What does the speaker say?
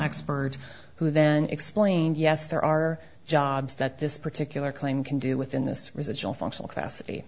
expert who then explained yes there are jobs that this particular claim can do within this residual functional ca